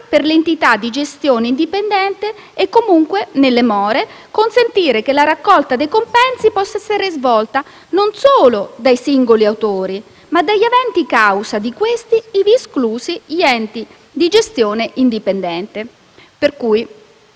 per le entità di gestione indipendente e, comunque, nelle more, consentire che la raccolta dei compensi possa essere svolta non solo dai singoli autori, ma anche dagli aventi causa di questi, ivi esclusi gli enti di gestione indipendente. Pertanto,